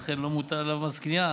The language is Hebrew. ולכן לא מוטל עליו מס קנייה